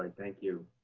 and thank you